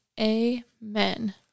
amen